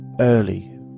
early